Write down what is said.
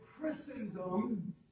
Christendom